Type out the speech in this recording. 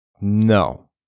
No